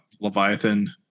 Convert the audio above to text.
Leviathan